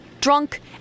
drunk